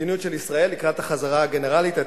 המדיניות של ישראל לקראת החזרה הגנרלית היא,